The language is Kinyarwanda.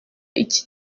iki